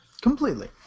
completely